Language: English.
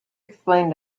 explain